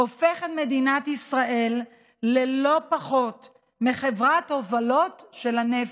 הופך את מדינת ישראל ללא פחות מחברת ההובלות של הנפט,